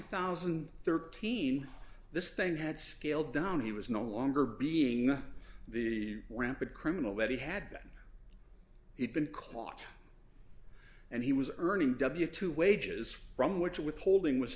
thousand and thirteen this thing had scaled down he was no longer being the rampant criminal that he had been it been caught and he was earning w two wages from which withholding was